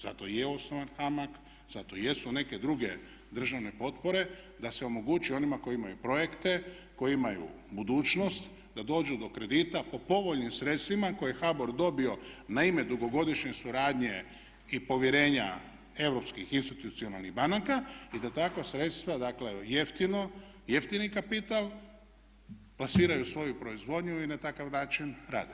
Zato i je osnovan HAMAG, zato i jesu neke druge državne potpore da se omogući onima koji imaju projekte, koji imaju budućnost da dođu do kredita po povoljnim sredstvima koje je HBOR dobio na ime dugogodišnje suradnje i povjerenja Europskih institucionalnih banaka i da takva sredstva dakle jeftino, jeftini kapital plasiraju svoju proizvodnju i na takav način rade.